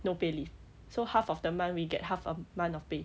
no pay leave so half of the month we get half a month of pay